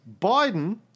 Biden